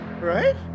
Right